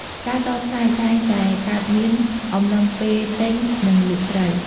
ការតថ្លៃតែងតែកើតមានអំឡុងពេលទិញ និង លក់ត្រី។